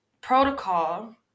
protocol